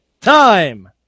time